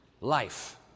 Life